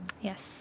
Yes